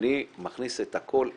כשאני מכניס את הכול למסגרת,